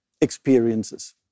experiences